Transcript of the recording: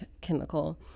chemical